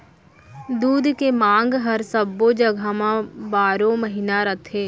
दूद के मांग हर सब्बो जघा म बारो महिना रथे